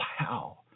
Wow